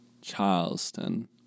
Charleston